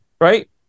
Right